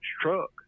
truck